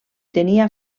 tenia